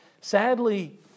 Sadly